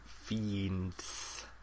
Fiends